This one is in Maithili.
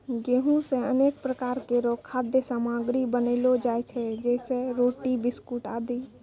गेंहू सें अनेक प्रकार केरो खाद्य सामग्री बनैलो जाय छै जैसें रोटी, बिस्कुट आदि